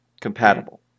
compatible